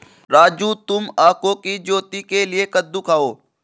राजू तुम आंखों की ज्योति के लिए कद्दू खाओ